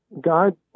God